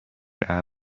ابر